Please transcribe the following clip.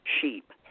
sheep